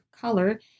color